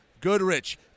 Goodrich